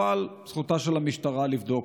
אבל זכותה של המשטרה לבדוק,